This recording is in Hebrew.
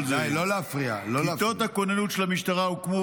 כיתות הכוננות של המשטרה,